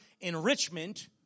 enrichment